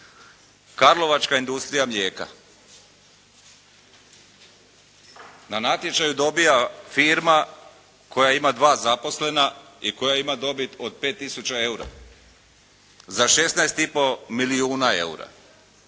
Karlovačka industrija mlijeka na natječaju dobiva firma koja ima 2 zaposlena i koja ima dobit od 5 tisuća eura. Za 16 i pol milijuna eura